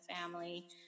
family